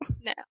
No